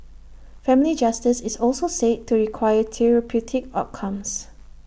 family justice is also said to require therapeutic outcomes